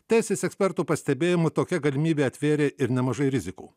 teisės ekspertų pastebėjimu tokia galimybė atvėrė ir nemažai rizikų